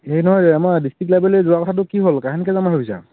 হেৰি নহয় এই আমাৰ ডিষ্ট্ৰিক্ট লাইব্ৰেৰীলৈ যোৱা কথাটো কি হ'ল কাহানিকৈ যাম বুলি ভাবিছা